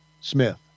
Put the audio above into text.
Smith